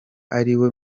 ariwe